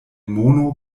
mono